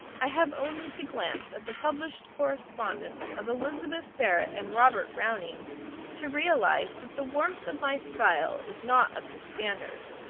i have only to glance at the published correspondence of elizabeth barrett and robert browning to realize that the warmth of my style is not up to standard.